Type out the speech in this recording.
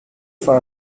for